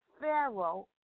Pharaoh